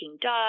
dog